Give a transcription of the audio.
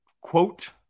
quote